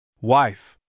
Wife